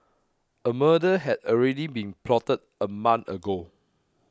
a murder had already been plotted a month ago